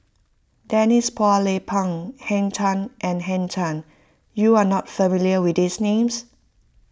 Denise Phua Lay Peng Henn Tan and Henn Tan you are not familiar with these names